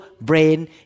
brain